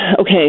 okay